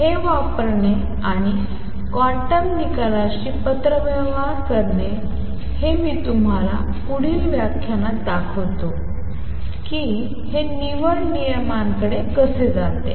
हे वापरणे आणि क्वांटम निकालांशी पत्रव्यवहार करणे हे मी तुम्हाला पुढील व्याख्यानात दाखवतो की हे निवड नियमांकडे कसे जाते